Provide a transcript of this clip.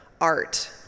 art